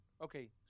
Okay